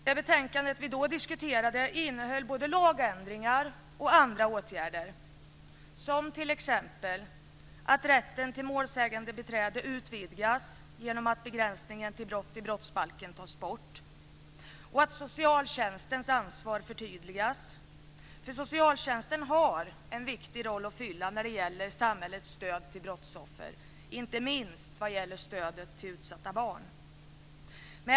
Det betänkande som vi då diskuterade innehöll förslag om lagändringar och andra åtgärder - t.ex. att rätten till målsägandebiträde utvidgas genom att begränsningen till brott i brottsbalken tas bort och att socialtjänstens ansvar förtydligas, för socialtjänsten har en viktig roll när det gäller samhällets stöd till brottsoffer. Inte minst gäller det stödet till utsatta barn.